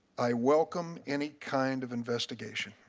i welcome any kind of investigation.